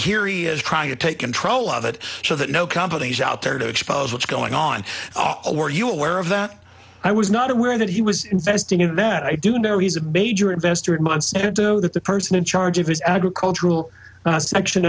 here he is trying to take control of it so that no companies out there to expose what's going on were you aware of that i was not aware that he was investing in that i do know he's a bader investor at monsanto that the person in charge of this agricultural section